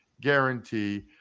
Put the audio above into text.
guarantee